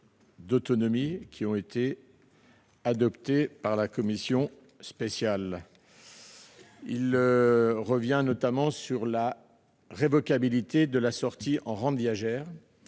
d'autonomie qui ont été adoptées par la commission spéciale. Il revient notamment sur la révocabilité de la sortie en rente viagère